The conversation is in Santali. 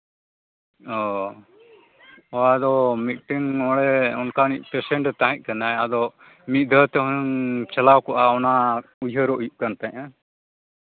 ᱚ ᱚ ᱟᱫᱚ ᱢᱤᱫᱴᱮᱱ ᱱᱚᱰᱮ ᱚᱱᱠᱟᱱᱤᱡ ᱯᱮᱥᱮᱱᱴᱮ ᱛᱟᱦᱮᱸᱡ ᱠᱟᱱᱟᱭ ᱟᱫᱚ ᱢᱤᱫ ᱫᱷᱟᱣ ᱛᱮ ᱦᱩᱱᱟᱹᱝ ᱪᱟᱞᱟᱣ ᱠᱚᱜᱼᱟ ᱚᱱᱟ ᱩᱭᱦᱟᱹᱨᱚᱜ ᱦᱩᱭᱩᱜ ᱠᱟᱱ ᱛᱟᱸᱦᱮᱜᱼᱟ